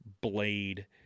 blade